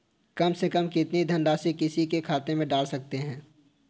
कम से कम कितनी धनराशि किसी के खाते में डाल सकते हैं?